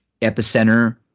Epicenter